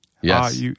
yes